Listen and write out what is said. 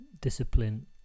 discipline